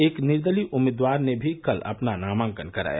एक निर्दलीय उम्मीदवार ने भी कल अपना नामांकन कराया